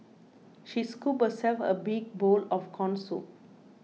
she scooped herself a big bowl of Corn Soup